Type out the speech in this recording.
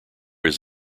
his